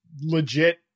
legit